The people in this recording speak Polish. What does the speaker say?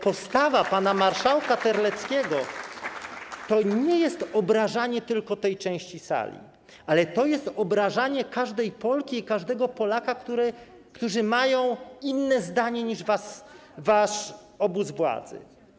Postawa pana marszałka Terleckiego to nie jest obrażanie tylko tej części sali, ale to jest obrażanie każdej Polki i każdego Polaka, którzy mają inne zdanie niż wasz obóz władzy.